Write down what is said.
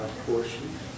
portion